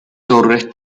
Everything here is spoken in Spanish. torres